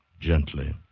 gently